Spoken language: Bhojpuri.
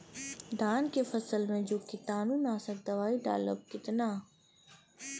धान के फसल मे जो कीटानु नाशक दवाई डालब कितना?